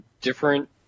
different